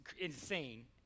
insane